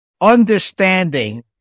understanding